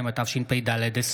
סייג להגבלה על יציאה מהארץ),